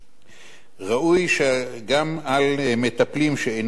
ראוי שגם על מטפלים שאינם מסוג זה,